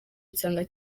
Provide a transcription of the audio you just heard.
nsanga